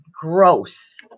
gross